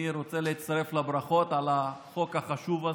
אני רוצה להצטרף לברכות על החוק החשוב הזה,